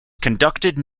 conducted